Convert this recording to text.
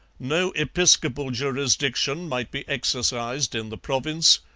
no episcopal jurisdiction might be exercised in the province,